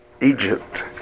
Egypt